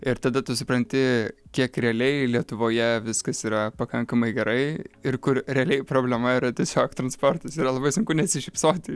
ir tada tu supranti kiek realiai lietuvoje viskas yra pakankamai gerai ir kur realiai problema yra tiesiog transportas yra labai sunku nesišypsoti